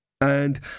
And